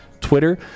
Twitter